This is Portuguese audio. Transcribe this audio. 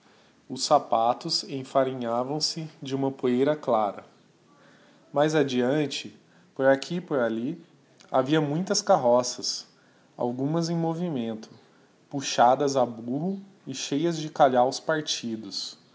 os sapatos enfarinhavam se de uma poeira clara mais adeante por aqui e por alli havia muitas carroças algumas em movimento puxadas a burro e cheias de calhaus partidos